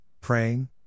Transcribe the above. praying